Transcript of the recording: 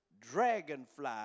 dragonfly